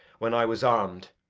when i was arm'd,